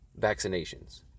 vaccinations